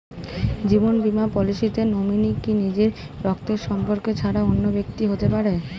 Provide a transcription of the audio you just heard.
জীবন বীমা পলিসিতে নমিনি কি নিজের রক্তের সম্পর্ক ছাড়া অন্য ব্যক্তি হতে পারে?